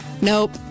Nope